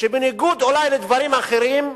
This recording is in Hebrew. שבניגוד אולי לדברים אחרים,